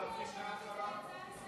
רוצה להתחיל מהתחלה?